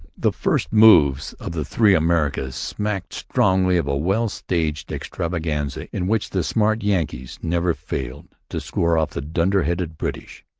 the first moves of the three americans smacked strongly of a well-staged extravaganza in which the smart yankees never failed to score off the dunderheaded british.